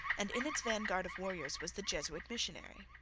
and in its vanguard of warriors was the jesuit missionary.